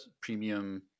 premium